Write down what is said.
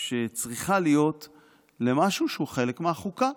שצריכה להיות למשהו שהוא חלק מהחוקה.